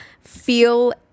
feel